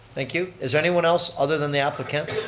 thank you. is anyone else other than the applicant?